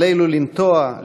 עלינו לנטוע,